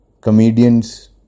comedians